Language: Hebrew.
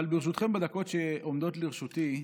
אבל ברשותכם, בדקות שעומדות לרשותי,